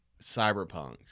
cyberpunk